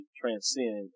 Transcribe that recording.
transcend